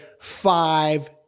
five